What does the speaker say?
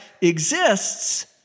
exists